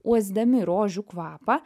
uosdami rožių kvapą